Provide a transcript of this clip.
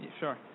Sure